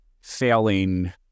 failing